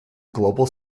global